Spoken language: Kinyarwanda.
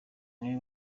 niwe